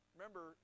Remember